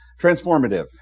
Transformative